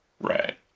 Right